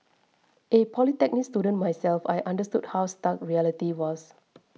a polytechnic student myself I understood how stark reality was